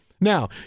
Now